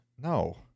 No